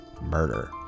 murder